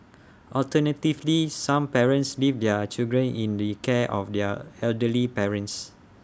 alternatively some parents leave their children in the care of their elderly parents